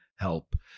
help